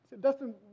Dustin